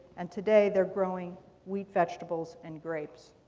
and today they're growing wheat, vegetables, and grapes.